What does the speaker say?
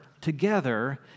together